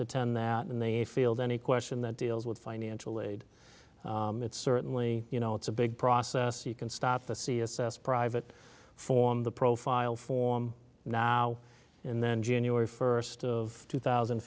attend that in the field any question that deals with financial aid it's certainly you know it's a big process you can stop the c s s private form the profile form now and then january first of two thousand